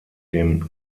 dem